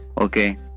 Okay